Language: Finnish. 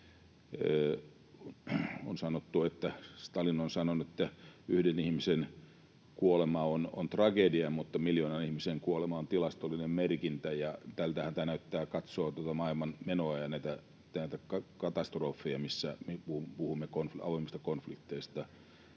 Stalin on sanonut, että yhden ihmisen kuolema on tragedia, mutta miljoonan ihmisen kuolema on tilastollinen merkintä. Ja tältähän tämä näyttää, kun katsoo maailman menoa ja näitä katastrofeja, missä puhumme avoimista konflikteista.